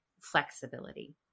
flexibility